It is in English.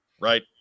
Right